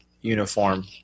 uniform